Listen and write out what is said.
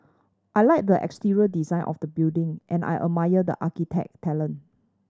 I like the exterior design of the building and I admire the architect talent